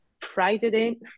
Friday